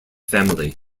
family